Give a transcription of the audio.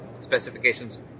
specifications